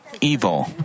evil